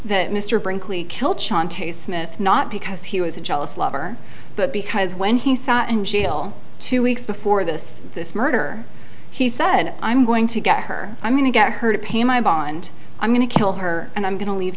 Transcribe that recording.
that mr brinkley killed shauntay smith not because he was a jealous lover but because when he saw and she'll two weeks before this this murder he said i'm going to get her i'm going to get her to pay my bond i'm going to kill her and i'm going to leave